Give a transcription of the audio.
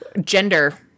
Gender